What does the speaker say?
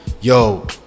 Yo